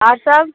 आओर सब